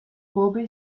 pope